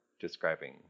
describing